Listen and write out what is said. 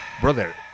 Brother